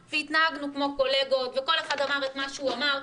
והתנהגנו כמו קולגות וכל אחד אמר את מה שהוא אמר,